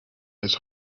his